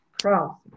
cross